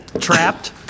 Trapped